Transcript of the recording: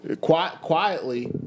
Quietly